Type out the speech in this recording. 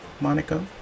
Monica